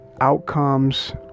outcomes